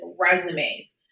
resumes